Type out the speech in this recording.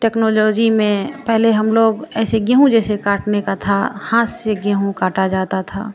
technology में पहले हम लोग ऐसे गेहूँ जैसे काटने का था हाथ से गेहूँ काटा जाता था